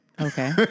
Okay